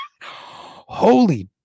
Holy